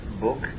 book